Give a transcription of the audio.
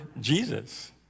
Jesus